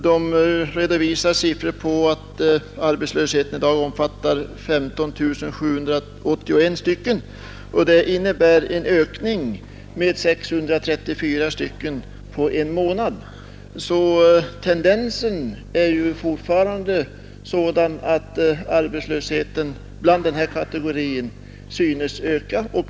De redovisar siffror på att arbetslösheten i dag omfattar 15 781 personer. Det innebär en ökning med 634 på en månad. Tendensen pekar alltså fortfarande på att arbetslösheten i den här kategorin ökar.